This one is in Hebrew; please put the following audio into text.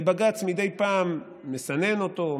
ובג"ץ מדי פעם מסנן אותו,